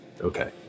Okay